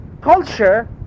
Culture